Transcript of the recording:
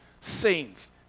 saints